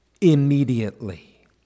immediately